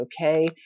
okay